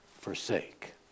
forsake